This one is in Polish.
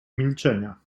milczenia